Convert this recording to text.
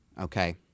Okay